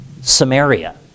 Samaria